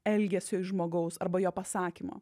elgesio iš žmogaus arba jo pasakymo